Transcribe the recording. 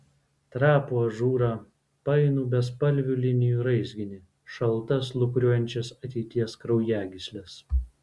trapų ažūrą painų bespalvių linijų raizginį šaltas lūkuriuojančias ateities kraujagysles